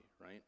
right